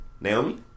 Naomi